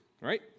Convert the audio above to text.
right